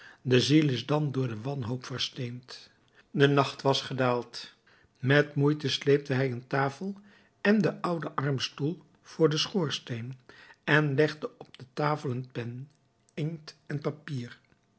de ziel is dan door de wanhoop versteend de nacht was gedaald met moeite sleepte hij een tafel en den ouden armstoel voor den schoorsteen en legde op de tafel een pen inkt en papier